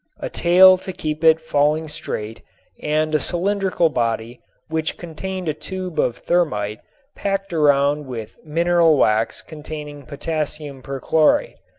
a tail to keep it falling straight and a cylindrical body which contained a tube of thermit packed around with mineral wax containing potassium perchlorate.